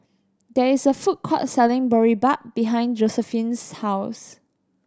there is a food court selling Boribap behind Josiephine's house